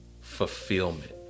fulfillment